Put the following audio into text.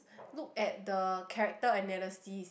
look at the character analysis